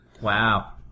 Wow